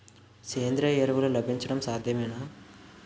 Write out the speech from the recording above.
సేంద్రీయ ఎరువులు లభించడం సాధ్యమేనా?